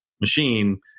machine